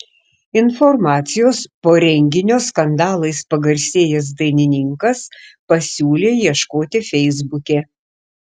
informacijos po renginio skandalais pagarsėjęs dainininkas pasiūlė ieškoti feisbuke